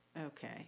Okay